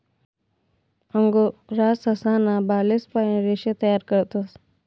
angora ससा ना बालेस पाइन रेशे तयार करतस